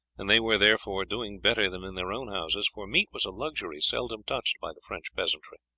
and they were therefore doing better than in their own houses, for meat was a luxury seldom touched by the french peasantry.